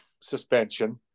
suspension